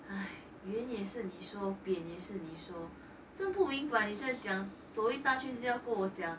hai 圆也是你说扁也是你说真不明白你再讲走一大圈就是要跟我讲:yuan ye shi ni shuo bian ye shi ni shuo zhen bu ming bai ni zai jiang zou yi da quanan jiu shi yao gen wo jiang